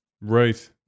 Right